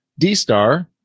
DSTAR